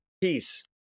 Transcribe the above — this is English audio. peace